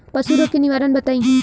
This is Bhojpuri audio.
पशु रोग के निवारण बताई?